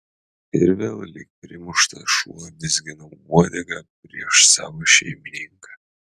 ir vėl lyg primuštas šuo vizginau uodegą prieš savo šeimininką